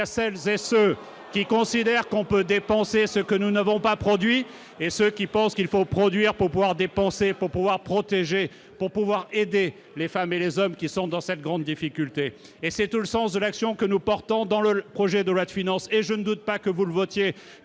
celles et ceux qui considèrent qu'on peut dépenser ce que nous n'avons pas produit et ceux qui pensent qu'il faut produire pour pouvoir dépenser pour pouvoir protéger pour pouvoir aider les femmes et les hommes qui sont dans cette grande difficulté et c'est tout le sens de l'action que nous portons dans le projet de loi de finance et je ne doute pas que vous le votiez